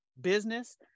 business